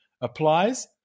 applies